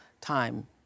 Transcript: time